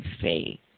faith